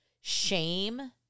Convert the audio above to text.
shame